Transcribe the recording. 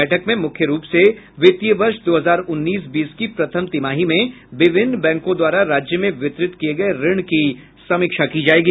बैठक में मुख्य रूप से वित्तीय वर्ष दो हजार उन्नीस बीस की प्रथम तिमाही में विभिन्न बैंकों द्वारा राज्य में वितरित किये गये ऋण की समीक्षा की जायेगी